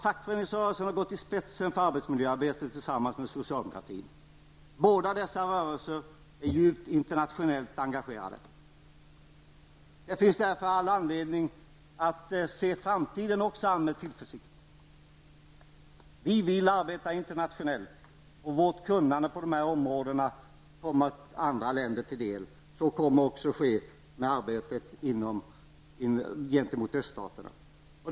Fackföreningsrörelsen har gått i spetsen för arbetsmiljöarbetet tillsammans med socialdemokratin. Båda dessa rörelser är djupt internationellt engagerade. Det finns därför all anledning att också se framtiden an med tillförsikt. Vi vill arbeta internationellt och vårt kunnande på det här området kommer andra länder till del. Så kommer också att ske med det arbete som rör öststaterna.